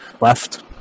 left